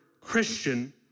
Christian